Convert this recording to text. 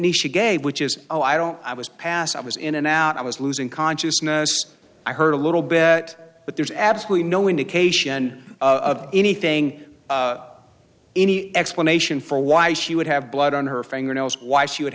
nisha gave which is oh i don't i was passed i was in and out i was losing consciousness i heard a little bit but there's absolutely no indication of anything any explanation for why she would have blood on her fingernails why she would